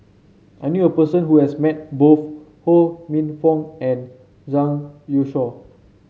I knew a person who has met both Ho Minfong and Zhang Youshuo